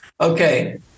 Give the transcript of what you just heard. Okay